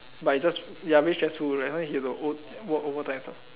but you just ya a bit stressful you have to work work overtime